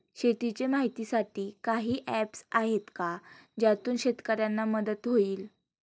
शेतीचे माहितीसाठी काही ऍप्स आहेत का ज्यातून शेतकऱ्यांना मदत होईल?